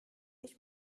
ich